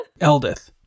Eldith